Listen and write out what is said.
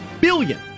billion